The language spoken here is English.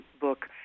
book